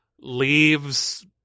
leaves